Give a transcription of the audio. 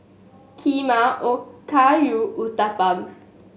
Kheema Okayu Uthapam